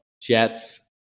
Jets